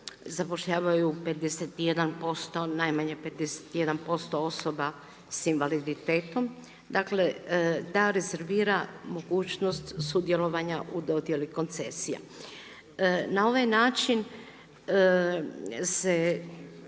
zapošljavaju 51%, najmanje 51% osoba s invaliditetom dakle da rezervira mogućnost sudjelovanja u dodjeli koncesija. Na ovaj način se